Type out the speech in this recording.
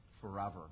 forever